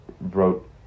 wrote